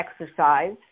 exercise